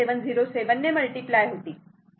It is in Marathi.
707 ने मल्टिप्लाय होतील